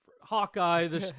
Hawkeye